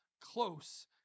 close